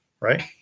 right